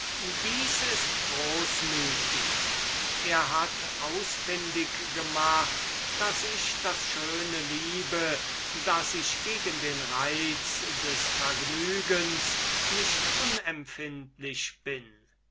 das ist großmütig er hat ausfindig gemacht daß ich das schöne liebe daß ich gegen den reiz des vergnügens nicht unempfindlich bin